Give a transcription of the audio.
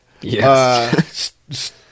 Yes